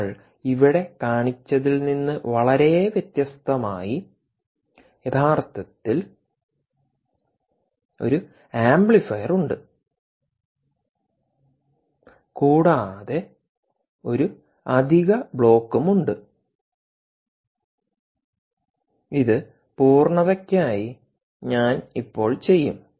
നമ്മൾ ഇവിടെ കാണിച്ചതിൽ നിന്ന് വളരെ വ്യത്യസ്തമായി യഥാർത്ഥത്തിൽ ഒരു ആംപ്ലിഫയർ ഉണ്ട് കൂടാതെ ഒരു അധിക ബ്ലോക്കും ഉണ്ട് ഇത് പൂർണ്ണതയ്ക്കായി ഞാൻ ഇപ്പോൾ ചെയ്യും